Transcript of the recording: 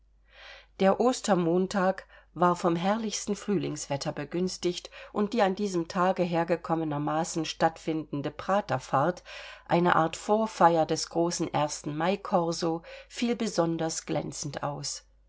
der ostermontag war vom herrlichsten frühlingswetter begünstigt und die an diesem tage hergekommenermaßen stattfindende praterfahrt eine art vorfeier des großen ersten mai corso fiel besonders glänzend aus